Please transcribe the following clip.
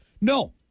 No